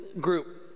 group